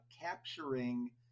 capturing